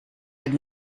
had